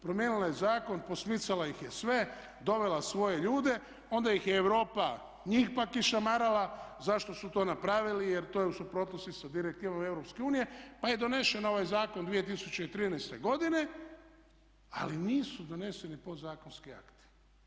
Promijenila je zakon, posmicala ih je sve, dovela svoje ljude, onda ih je Europa njih pak išamarala zašto su to napravili jer to je u suprotnosti sa direktivom EU pa je donesen ovaj zakon 2013. godine ali nisu doneseni podzakonski akti.